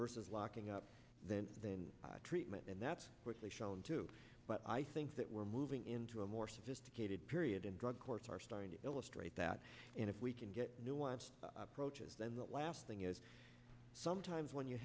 versus locking up then then treatment and that's what they've shown to but i think that we're moving into a more sophisticated period in drug courts are starting to illustrate that and if we can get new ones approaches then the last thing is sometimes when you